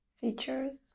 features